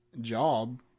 job